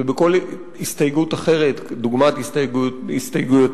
ובכל הסתייגות אחרת דוגמת ההסתייגויות